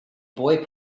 boy